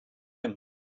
him